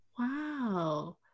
Wow